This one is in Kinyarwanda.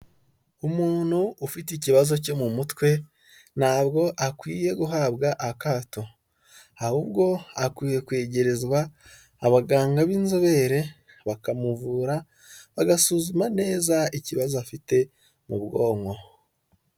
Umuntu ufite ikibazo cyo mu mutwe, ntabwo akwiye guhabwa akato, ahubwo akwiye kwegerezwa abaganga b'inzobere bakamuvura, bagasuzuma neza ikibazo afite mu bwonko.